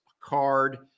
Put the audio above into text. Card